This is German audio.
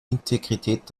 integrität